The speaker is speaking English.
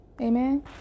Amen